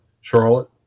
Charlotte